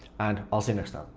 and i'll see you next time.